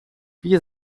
wie